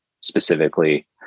specifically